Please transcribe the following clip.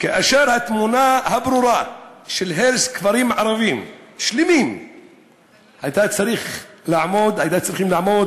כאשר התמונה הברורה של הרס כפרים ערביים שלמים הייתה צריכה לעמוד